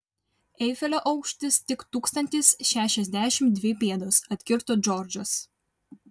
eifelio aukštis tik tūkstantis šešiasdešimt dvi pėdos atkirto džordžas